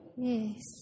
Yes